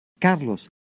Carlos